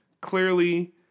clearly